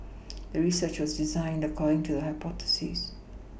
the research was designed according to the hypothesis